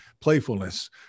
playfulness